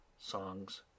songs